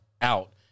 out